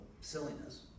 silliness